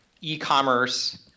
e-commerce